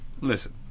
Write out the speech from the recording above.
listen